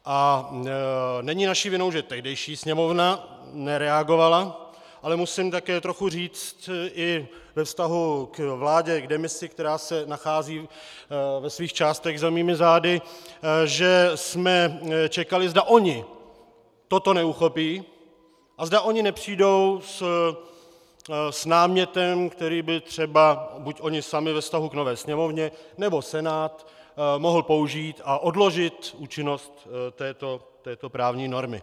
A není naší vinou, že tehdejší Sněmovna nereagovala, ale musím také trochu říct i ve vztahu k vládě v demisi, která se nachází ve svých částech za mými zády, že jsme čekali, zda oni toto neuchopí a zda oni nepřijdou s námětem, který by třeba buď oni sami ve vztahu k nové Sněmovně, nebo Senát mohl použít a odložit účinnost této právní normy.